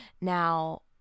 Now